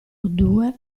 due